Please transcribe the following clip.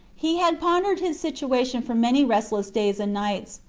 he had pondered his situation for many restless days and nights,